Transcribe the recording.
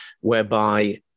whereby